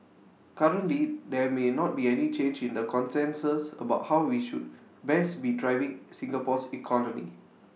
currently there may not be any change in the consensus about how we should best be driving Singapore's economy